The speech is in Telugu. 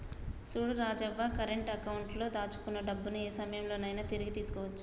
చూడు రాజవ్వ కరెంట్ అకౌంట్ లో దాచుకున్న డబ్బుని ఏ సమయంలో నైనా తిరిగి తీసుకోవచ్చు